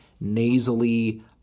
nasally